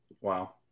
Wow